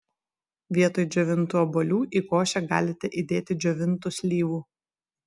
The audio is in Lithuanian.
vietoj džiovintų obuolių į košę galite įdėti džiovintų slyvų